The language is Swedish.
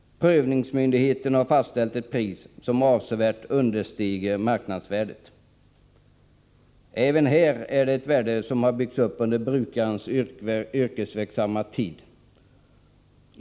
Prövningsmyndigheterna har fastställt ett pris som avsevärt understiger marknadsvärdet. Även här är det fråga om kapital som byggts upp under brukarens yrkesverksamma tid.